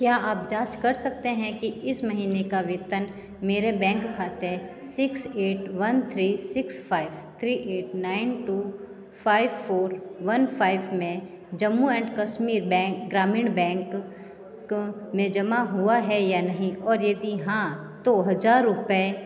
क्या आप जाँच कर सकते हैं कि इस महीने का वेतन मेरे बैंक खाता six eight one three six five three eight nine two five four one five में Jammu and Kashmir bank Grameen bank में जमा हुआ है या नहीं और यदि हाँ तो हज़ार रूपए